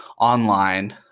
online